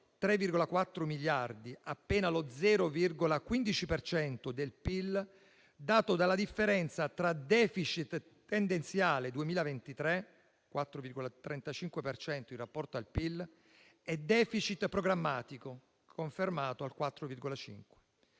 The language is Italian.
3,4 miliardi, appena lo 0,15 per cento del PIL, dato dalla differenza tra *deficit* tendenziale 2023 (4,35 per cento in rapporto al PIL) e *deficit* programmatico, confermato al 4,5